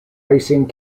icing